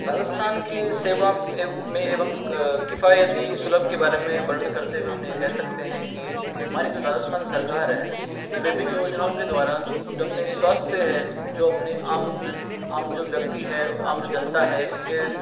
राजस्थान की सेवा में एवं किफ़ायती सुलभ के बारे में वर्णन करते हुए हम यह कह सकते हैं कि हमारी जो राजस्थान सरकार है उस ने विभिन्न योजनाओं के द्वारा जो अपने स्वस्थ है जो अपने आम जो आम जो व्यक्ति है आम जो जनता है उनके